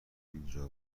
اینجا